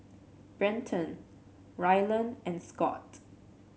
Brenton Ryland and Scot